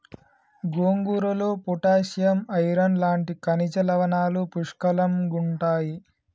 గోంగూరలో potassium, iron లాంటి ఖనిజ లవణాలు పుష్కలంగుంటాయి